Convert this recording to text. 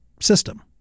system